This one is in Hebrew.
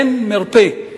אין מרפא,